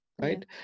right